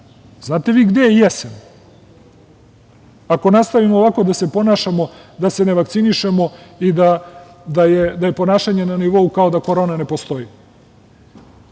znate vi gde je jesen, ako nastavimo ovako da se ponašamo da se ne vakcinišemo i da je ponašanje na nivou, kao da korona ne postoji,